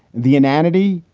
the inanity.